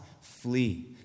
flee